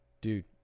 dude